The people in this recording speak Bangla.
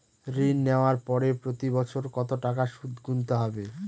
ঋণ নেওয়ার পরে প্রতি বছর কত টাকা সুদ গুনতে হবে?